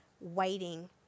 waiting